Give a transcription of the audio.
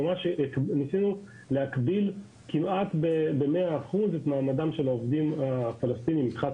ניסינו להקביל כמעט במאה אחוז את מעמדם של העובדים הפלסטינים מבחינת